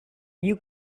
you